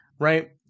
Right